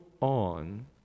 on